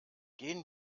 gehen